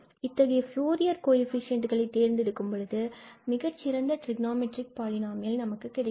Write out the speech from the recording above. இத்தகைய ஃபூரியர் கோஎஃபீஷியன்ட்களை தேர்ந்தெடுக்கும் மிகச்சிறந்த டிரிக்னாமெட்ரிக் பாலினமியல் நமக்கு கிடைக்கிறது